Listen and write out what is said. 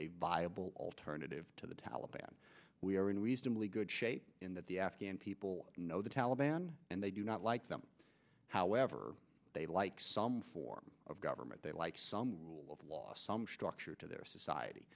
a viable alternative to the taliban we are in reasonably good shape in that the afghan people know the taliban and they do not like them however they like some form of government they like some rule of law some structure to their society